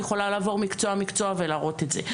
אני יכולה לעבור מקצוע, מקצוע ולהראות את זה.